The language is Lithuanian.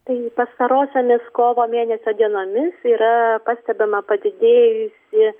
tai pastarosiomis kovo mėnesio dienomis yra pastebima padidėjusi